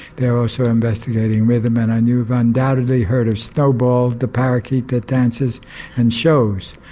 they are also investigating rhythm and and you've undoubtedly heard of snowball the parakeet that dances and shows.